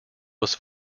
was